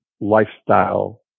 lifestyle